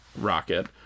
rocket